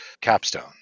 capstone